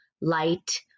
light